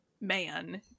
man